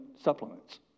supplements